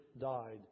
died